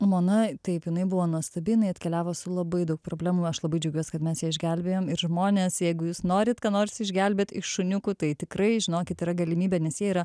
mona taip jinai buvo nuostabi jinai atkeliavo su labai daug problemų aš labai džiaugiuos kad mes ją išgelbėjom ir žmonės jeigu jūs norit ką nors išgelbėt iš šuniukų tai tikrai žinokit yra galimybė nes jie yra